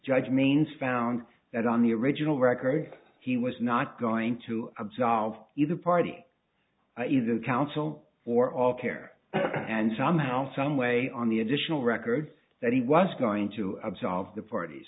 judge means found that on the original record he was not going to absolve either party either counsel or of care and somehow some way on the additional records that he was going to absolve the parties